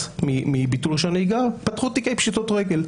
מביטול רישיון הנהיגה פתחו תיקי פשיטות רגל,